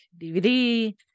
DVD